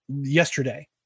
yesterday